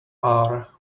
are